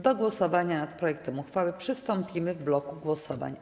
Do głosowania nad projektem uchwały przystąpimy w bloku głosowań.